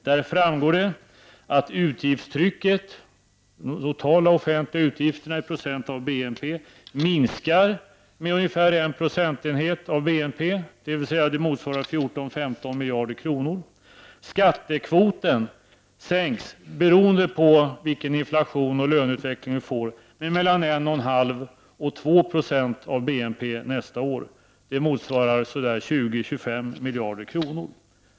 Där framgår det att utgiftstrycket, de totala offentliga utgifterna i procent av BNP, minskar med ungefär en procentenhet av BNP. Det motsvarar 14—15 miljarder kronor. Skattekvoten sänks, beroende på vilken inflationsoch löneutveckling vi får, med mellan 1 1/2 och 2 76 av BNP nästa år. Det motsvarar 20—25 miljarder kronor.